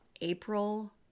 April